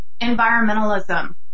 environmentalism